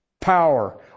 power